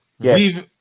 Yes